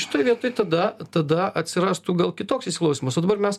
šitoj vietoj tada tada atsirastų gal kitoks įsiklausymas o dabar mes